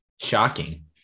shocking